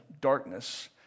darkness